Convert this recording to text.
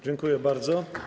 Dziękuję bardzo.